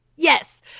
Yes